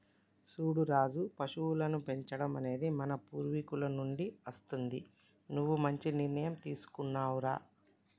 సూడు రాజు పశువులను పెంచడం అనేది మన పూర్వీకుల నుండి అస్తుంది నువ్వు మంచి నిర్ణయం తీసుకున్నావ్ రా